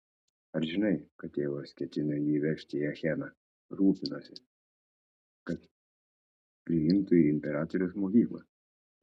ar žinai kad tėvas ketino jį vežti į acheną rūpinosi kad priimtų į imperatoriaus mokyklą